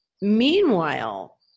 Meanwhile